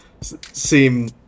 seem